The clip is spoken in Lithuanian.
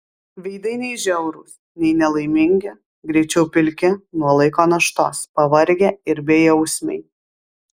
veidai nei žiaurūs nei nelaimingi greičiau pilki nuo laiko naštos pavargę ir bejausmiai